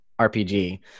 RPG